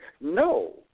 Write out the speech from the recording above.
No